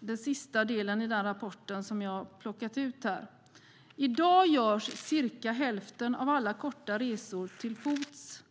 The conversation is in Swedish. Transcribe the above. den sista delen av den rapport som jag har plockat ut här. I dag görs cirka hälften av alla korta resor till fots